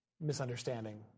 misunderstanding